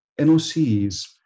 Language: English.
NOCs